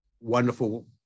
wonderful